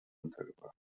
untergebracht